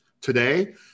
Today